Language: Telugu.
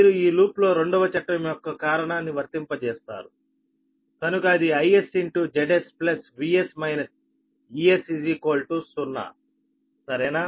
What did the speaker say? మీరు ఈ లూప్లో రెండవ చట్టం యొక్క కారణాన్ని వర్తింపజేస్తారు కనుక అది Is Zs Vs Es0 సరేనా